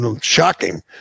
shocking